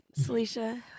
Salisha